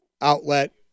outlet